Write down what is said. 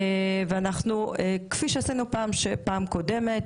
וכפי שעשינו פעם קודמת,